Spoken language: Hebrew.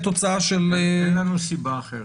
אין לנו סיבה אחרת.